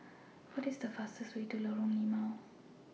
What IS The fastest Way to Lorong Limau